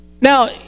Now